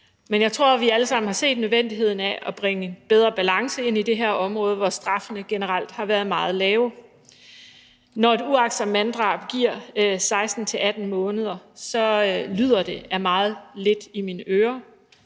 Men jeg tror, vi alle sammen har set nødvendigheden af at bringe bedre balance ind i det her område, hvor straffene generelt har været meget lave. Når uagtsomt manddrab giver 16-18 måneder, lyder det i mine ører